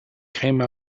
came